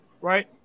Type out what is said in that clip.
right